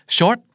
Short